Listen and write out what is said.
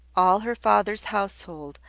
all her father's household,